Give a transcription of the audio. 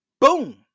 boom